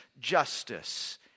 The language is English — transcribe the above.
justice